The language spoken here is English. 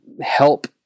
help